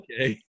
okay